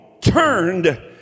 turned